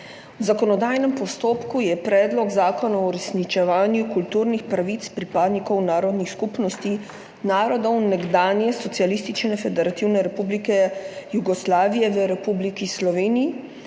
V zakonodajnem postopku je Predlog zakona o uresničevanju kulturnih pravic pripadnikov narodnih skupnosti narodov nekdanje Socialistične federativne republike Jugoslavije v Republiki Sloveniji,